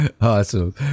Awesome